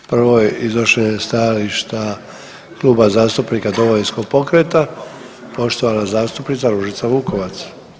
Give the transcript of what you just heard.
Prvo je iznošenje stajališta Kluba zastupnika Domovinskog pokreta, poštovana zastupnica Ružica Vukovac.